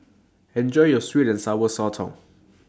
Enjoy your Sweet and Sour Sotong